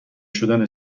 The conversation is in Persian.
شدن